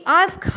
ask